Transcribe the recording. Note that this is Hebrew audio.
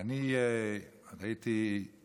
אני מדבר פה